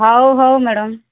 ହଉ ହଉ ମ୍ୟାଡ଼ମ୍